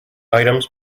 items